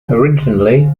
originally